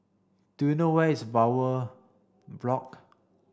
do you know where is Bowyer Block